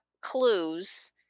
clues